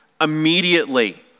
immediately